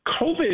COVID